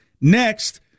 Next